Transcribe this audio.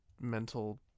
mental